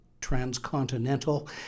transcontinental